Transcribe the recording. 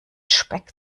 speck